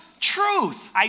truth